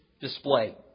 display